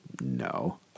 no